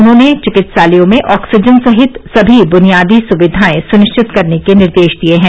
उन्होंने चिकित्सालयों में ऑक्सीजन सहित सभी बुनियादी सुविधाएं सुनिश्चित करने के निर्देश दिए हैं